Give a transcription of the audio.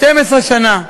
12 שנה.